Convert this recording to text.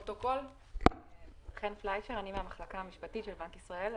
אני חן פליישר, מהמחלקה המשפטית של בנק ישראל,